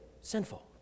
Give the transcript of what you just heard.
Sinful